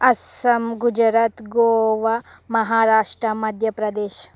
Assam Gujarat Goa Maharashtra Madhya Pradesh